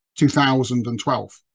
2012